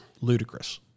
ludicrous